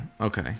okay